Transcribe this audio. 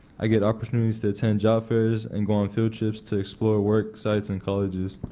i get opportunities to attend job fairs and go on field trips to explore worksites and colleges.